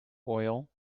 oil